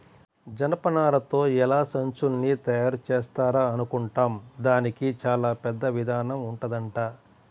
జనపనారతో ఎలా సంచుల్ని తయారుజేత్తారా అనుకుంటాం, దానికి చానా పెద్ద ఇదానం ఉంటదంట